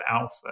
alpha